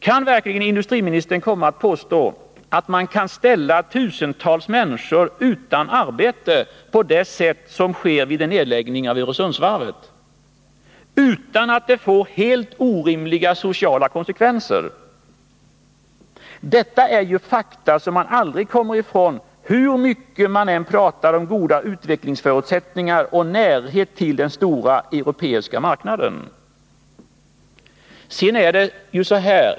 Kan verkligen industriministern komma och påstå att man kan ställa tusentals människor utan arbete på det sätt som skulle ske vid en nedläggning av Öresundsvarvet utan att det får helt orimliga sociala konsekvenser? Det är ju ett faktum som man aldrig kommer ifrån, hur mycket man än talar om goda utvecklingsförutsättningar och närheten till den stora europeiska marknaden.